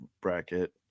bracket